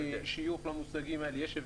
יש הבדל.